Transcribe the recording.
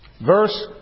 Verse